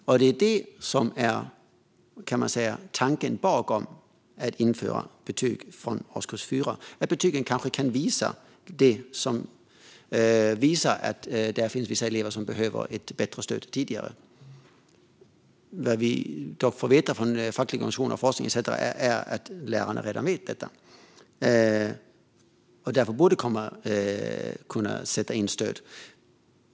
Man kan säga att det är tanken bakom att införa betyg från årskurs 4, att betygen kanske kan visa att det finns vissa elever som behöver ett bättre stöd tidigare. Vad vi dock har fått veta från fackliga organisationer och forskningen är att lärarna redan vet detta och därför borde kunna sätta in stöd.